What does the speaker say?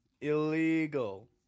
illegal